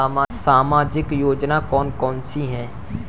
सामाजिक योजना कौन कौन सी हैं?